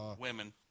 Women